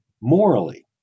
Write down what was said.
morally